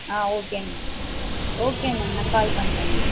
ஆ okay ma'am okay ma'am நான் call பண்ணுறேன் ma'am